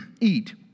eat